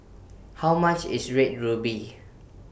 How much IS Red Ruby